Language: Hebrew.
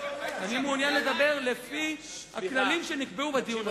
אני מעוניין לדבר לפי הכללים שנקבעו לדיון הזה.